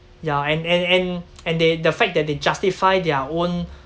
yeah and and and and they the fact that they justify their own